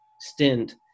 stint